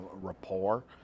rapport